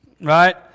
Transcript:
Right